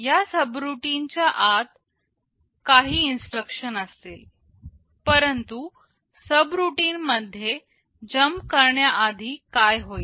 या सबरूटीन च्या आत काही इन्स्ट्रक्शन असतील परंतु सबरूटीन मध्ये जंप करण्या आधी काय होईल